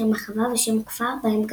שם החווה ושם הכפר בהם גדל.